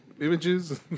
images